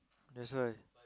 that's why